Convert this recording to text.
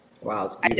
Wow